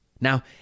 Now